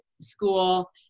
school